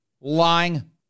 lying